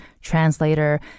translator